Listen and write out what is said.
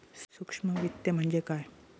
सूक्ष्म वित्त म्हणजे काय?